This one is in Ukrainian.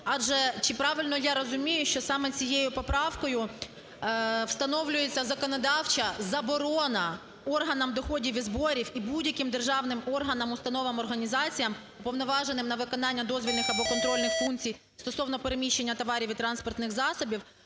Адже, чи правильно я розумію, що саме цією поправкою встановлюється законодавча заборона органам доходів і зборів, і будь-яким державним органам, установам, організаціям, повноваженим на виконання дозвільних або контрольних функцій стосовно переміщення товарів і транспортних засобів,